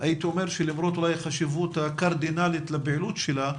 למרות החשיבות הקרדינלית של הפעילות שלה,